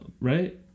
right